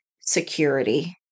security